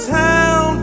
town